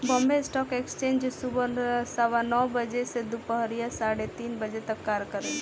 Bombay stock exchange सुबह सवा नौ बजे से दूपहरिया साढ़े तीन तक कार्य करेला